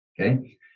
Okay